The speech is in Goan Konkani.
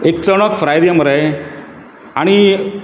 एक चणक फ्राय दी मरे आनी